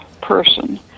person